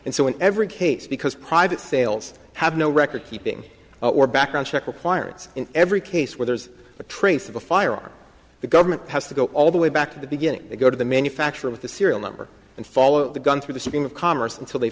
and so in every case because private sales have no record keeping or background check required in every case where there's a trace of a firearm the government has to go all the way back to the beginning they go to the manufacturer with the serial number and follow the gun through the shooting of congress until they